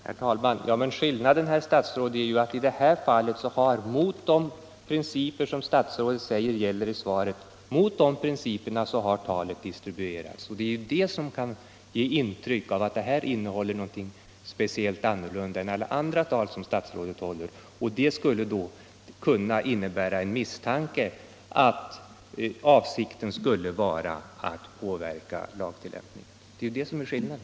Herr talman! Men skillnaden, herr statsråd, är ju att mot de principer som statsrådet säger gäller har talet i detta fall distribuerats till domstolarna. Det är detta som kan ge intryck av att det innehåller något helt annorlunda än alla andra tal som statsrådet håller. Det skulle då 17 kunna innebära att det uppstod en misstanke om att avsikten skulle vara att påverka lagtillämpningen. Det är den stora skillnaden.